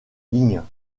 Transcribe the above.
ligne